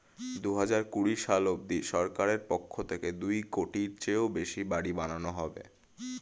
দুহাজার কুড়ি সাল অবধি সরকারের পক্ষ থেকে দুই কোটির চেয়েও বেশি বাড়ি বানানো হবে